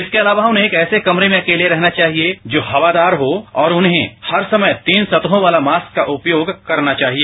इसके अलावा उन्हें एक ऐसे कमरे में अकेले रहना चाहिये जो हवादार हो और उन्हें हर समय तीन सतहों वाले मास्क का उपयोग करना चाहिए